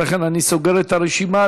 אחרי כן אני סוגר את הרשימה.